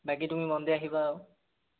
বাকী তুমি মনডে আহিবা আৰু